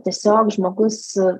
tiesiog žmogus